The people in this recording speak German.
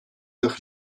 durch